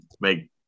make